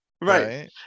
right